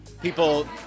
People